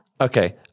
Okay